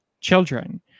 children